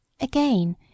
Again